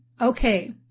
okay